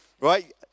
Right